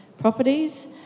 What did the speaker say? properties